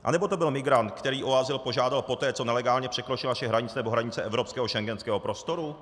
Anebo to byl migrant, který o azyl požádal poté, co nelegálně překročil naše hranice nebo hranice evropského schengenského prostoru?